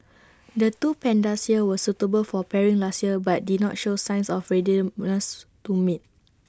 the two pandas here were suitable for pairing last year but did not show signs of readiness to mate